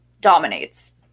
dominates